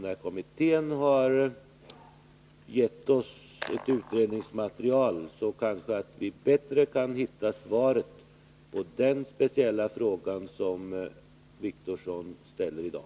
När kommittén har gett oss ett utredningsmaterial kan vi kanske lättare hitta svaret på den speciella fråga som herr Wictorsson har ställt i dag.